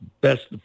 best